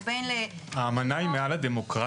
ובין אם --- האמנה היא מעל הדמוקרטיה?